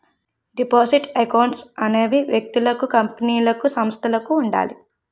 deposit accounts అనేవి వ్యక్తులకు కంపెనీలకు సంస్థలకు ఉండాలి